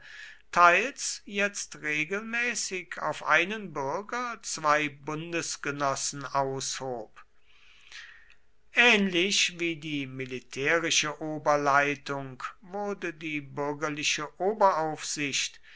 teils jetzt regelmäßig auf einen bürger zwei bundesgenossen aushob ähnlich wie die militärische oberleitung wurde die bürgerliche oberaufsicht